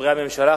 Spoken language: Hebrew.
חברי הממשלה,